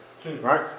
Right